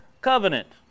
covenant